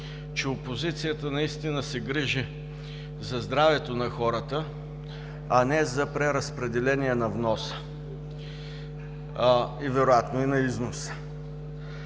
че опозицията наистина се грижи за здравето на хората, а не за преразпределение на вноса и вероятно на износа.